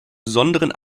besonderen